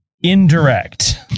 indirect